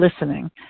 listening